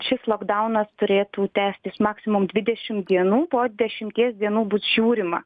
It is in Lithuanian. šis lokdaunas turėtų tęstis maksimum dvidešim dienų po dešimties dienų bus žiūrima